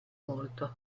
molto